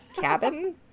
cabin